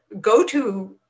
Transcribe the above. go-to